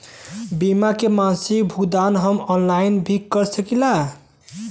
बीमा के मासिक भुगतान हम ऑनलाइन भी कर सकीला?